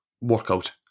workout